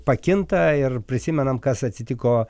pakinta ir prisimenam kas atsitiko